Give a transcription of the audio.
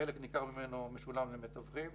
חלק ניכר ממנו משולם למתווכים